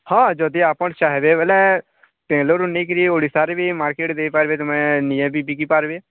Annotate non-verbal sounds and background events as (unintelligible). ହଁ ଯଦି ଆପଣ ଚାହିଁବେ ବୋଇଲେ (unintelligible) ନେଇକରି ଓଡ଼ିଶାରେ ବି ମାର୍କେଟ୍ ଦେଇପାରିବେ ତୁମେ ନିଜେ ବି ବିକି ପାରିବେ